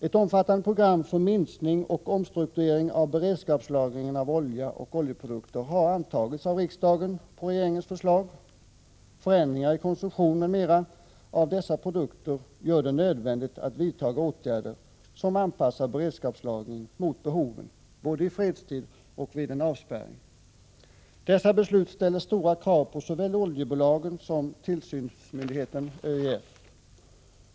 Ett omfattande program för minskning och omstrukturering av beredskapslagringen av olja och oljeprodukter har antagits av riksdagen på regeringens förslag. Förändringar i konsumtionen m.m. av dessa produkter gör det nödvändigt att vidta åtgärder som anpassar beredskapslagringen till behoven både i fredstid och vid en avspärrning. Detta ställer stora krav både på oljebolagen och på tillsynsmyndigheten ÖEF.